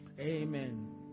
amen